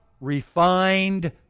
refined